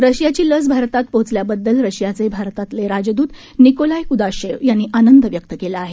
रशियाची लस भारतात पोहोचल्याबददल रशियाचे भारतातले राजदूत निकोलाय क्दाशेव यांनी आनंद व्यक्त केला आहे